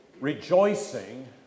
Rejoicing